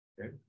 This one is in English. Okay